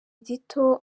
gito